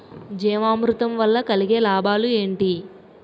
జీవామృతం వల్ల కలిగే లాభాలు ఏంటి?